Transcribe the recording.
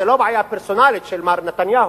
זו לא בעיה פרסונלית של מר נתניהו,